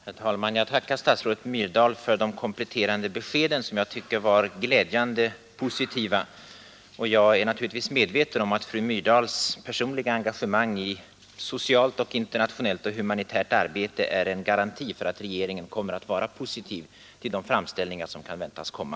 Herr talman! Jag tackar statsrådet Myrdal för de kompletterande naturligtvis beskeden, som jag tycker var glädjande positiva. Jag medveten om att fru Myrdals personliga engagemang i socialt, internationellt och humanitärt arbete är en garanti för att regeringen kommer att vara positivt inställd till de framställningar om hjälp som kan väntas komma.